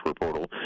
portal